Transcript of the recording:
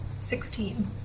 Sixteen